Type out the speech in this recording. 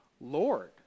Lord